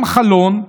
גם חלון,